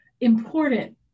important